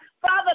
Father